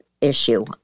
issue